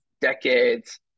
decades